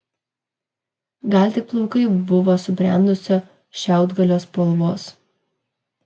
gal tik plaukai buvo subrendusio šiaudgalio spalvos